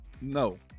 no